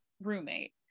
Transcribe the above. roommate